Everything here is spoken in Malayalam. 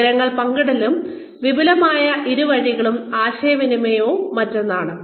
വിവരങ്ങൾ പങ്കിടലും വിപുലമായ ഇരു വഴി ആശയവിനിമയവും മറ്റൊന്നാണ്